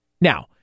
Now